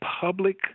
public